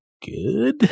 good